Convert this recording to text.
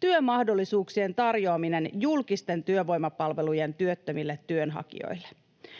työmahdollisuuksien tarjoaminen julkisten työvoimapalvelujen työttömille työnhakijoille.